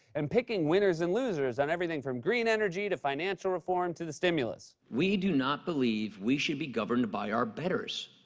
and picking winners and losers on everything from green energy to financial reform to the stimulus. we do not believe we should be governed by our betters.